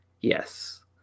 yes